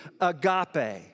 Agape